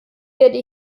werde